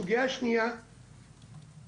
הסוגיה השנייה היא